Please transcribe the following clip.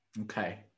Okay